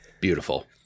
Beautiful